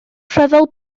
ryfel